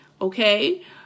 okay